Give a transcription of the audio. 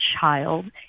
child